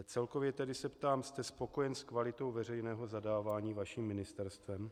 Celkově tedy se ptám: jste spokojen s kvalitou veřejného zadávání vaším ministerstvem?